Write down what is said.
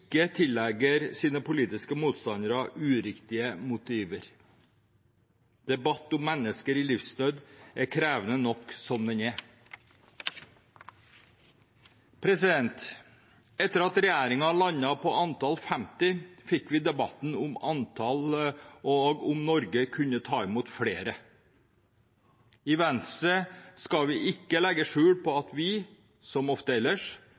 sine politiske motstandere uriktige motiver. Debatten om mennesker i livsnød er krevende nok som den er. Etter at regjeringen landet på antallet 50, fikk vi debatten om antallet og om Norge kunne ta imot flere. I Venstre skal vi ikke legge skjul på at vi – som ofte ellers